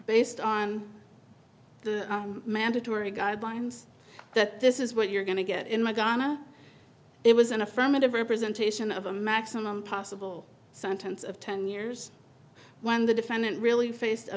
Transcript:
based on the mandatory guidelines that this is what you're going to get in my ghana it was an affirmative representation of a maximum possible sentence of ten years when the defendant really faced a